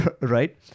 right